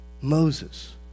Moses